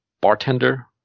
bartender